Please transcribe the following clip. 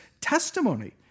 testimony